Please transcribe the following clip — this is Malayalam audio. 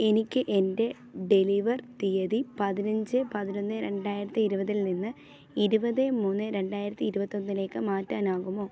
എനിക്ക് എന്റെ ഡെലിവർ തീയതി പതിനഞ്ച് പതിനൊന്ന് രണ്ടായിരത്തി ഇരുപതിൽ നിന്ന് ഇരുപത് മൂന്ന് രണ്ടായിരത്തി ഇരുപത്തിയൊന്നിലേക്ക് മാറ്റാനാകുമോ